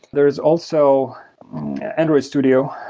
there's also android studio,